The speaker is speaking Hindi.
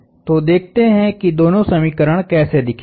तो देखते हैं कि दोनों समीकरण कैसे दिखेंगे